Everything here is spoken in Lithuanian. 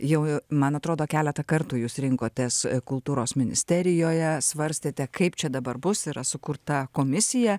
jau man atrodo keletą kartų jūs rinkotės kultūros ministerijoje svarstėte kaip čia dabar bus yra sukurta komisija